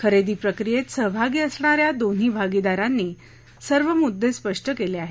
खरेदी प्रक्रियेत सहभागी असणा या दोन्ही भागीदारांनी सर्व मुद्दे स्पष्ट केले आहेत